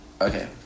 Okay